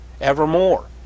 evermore